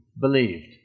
believed